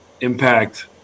impact